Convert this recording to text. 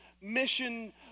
mission